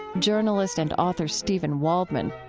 journalist and author steven waldman.